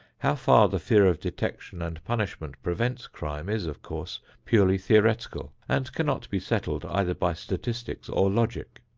how far the fear of detection and punishment prevents crime is, of course, purely theoretical and cannot be settled either by statistics or logic.